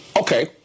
Okay